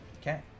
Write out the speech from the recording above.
Okay